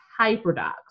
HyperDocs